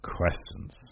questions